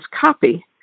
copy